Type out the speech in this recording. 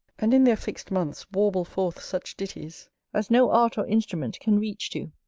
and in their fixed months warble forth such ditties as no art or instrument can reach to!